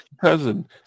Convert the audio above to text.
cousin